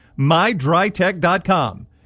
MyDryTech.com